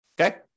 okay